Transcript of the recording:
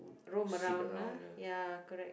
roam around ah ya correct